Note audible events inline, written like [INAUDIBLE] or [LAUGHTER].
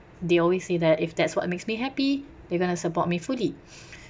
they always say that if that's what makes me happy they're going to support me fully [BREATH]